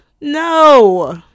No